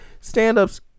stand-ups